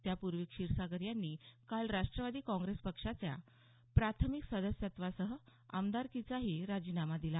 त्यापूर्वी क्षीरसागर यांनी काल राष्ट्रवादी काँग्रेस पक्षाच्या प्राथमिक सदस्यत्वासह आमदारकीचाही राजीनामा दिला